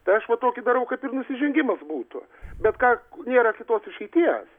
tai aš va tokį darau kaip ir nusižengimas būtų bet ką nėra kitos išeities